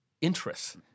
interests